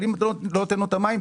אבל אם אתה לא נותן לו את המים,